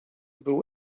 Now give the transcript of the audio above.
był